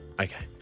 Okay